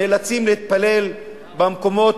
נאלצים להתפלל במקומות,